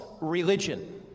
religion